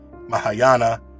Mahayana